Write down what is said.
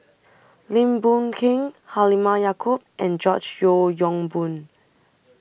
Lim Boon Keng Halimah Yacob and George Yeo Yong Boon